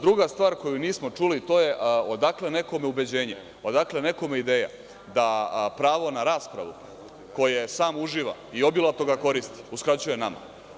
Druga stvar koju nismo čuli je odakle nekome ubeđenje, odakle nekome ideja da pravo na raspravu koje sam uživa i obilato ga koristi, uskraćuje nama?